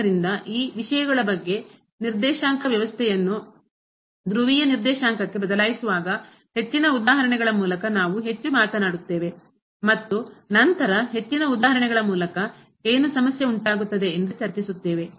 ಆದ್ದರಿಂದ ಈ ವಿಷಯಗಳ ಬಗ್ಗೆ ನಿರ್ದೇಶಾಂಕ ವ್ಯವಸ್ಥೆಯನ್ನು ಧ್ರುವೀಯ ನಿರ್ದೇಶಾಂಕಕ್ಕೆ ಬದಲಾಯಿಸುವಾಗ ಹೆಚ್ಚಿನ ಉದಾಹರಣೆಗಳ ಮೂಲಕ ನಾವು ಹೆಚ್ಚು ಮಾತನಾಡುತ್ತೇವೆ ಮತ್ತು ನಂತರ ಹೆಚ್ಚಿನ ಉದಾಹರಣೆಗಳ ಮೂಲಕ ಏನು ಸಮಸ್ಯೆ ಉಂಟಾಗುತ್ತದೆ ಎಂದು ಚರ್ಚಿಸುತ್ತೇವೆ